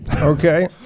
Okay